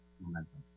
momentum